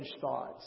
thoughts